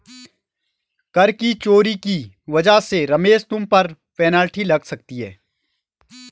कर की चोरी की वजह से रमेश तुम पर पेनल्टी लग सकती है